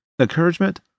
encouragement